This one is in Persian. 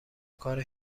کار